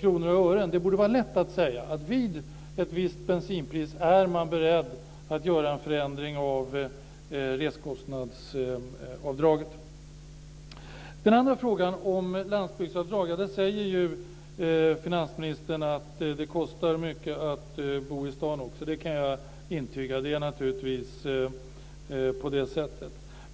kronor och ören, så det borde vara lätt att säga att man vid ett visst bensinpris är beredd att göra en förändring av reskostnadsavdraget. När det gäller den andra frågan om landsbygdsavdrag säger finansministern att det kostar mycket att bo i stan, och det kan jag intyga. Det är naturligtvis på det sättet.